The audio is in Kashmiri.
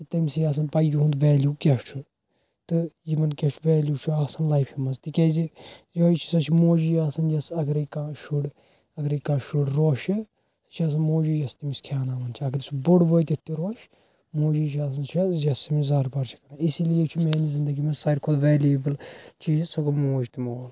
یہِ چھُ تمسٕے آسان پَے یہنٛد ویلیٛو کیٛاہ چھُ تہٕ یمن کیٛاہ چھُ ویلیٛو چھُ آسان لایفہِ مَنٛز تِکیٛازِ یہوے ہسا چھِ موجی آسان یۄس اگرے کانٛہہ شُر اگرے کانٛہہ شُر روشہِ یہِ چھَس موجی یۄس تٔمس کھیٛاوناوان چھِ اگر سُہ بوٚڑ وٲتِتھ تہِ روشہِ موجی چھِ آسان سۄ یۄس تٔمس زارپار چھِ کران اسی لیے چھِ میٛانہ زندگی مَنٛز ساروٕے کھۄتہ ویلیٛویبل چیٖز سُہ گوٚو موج تہٕ مول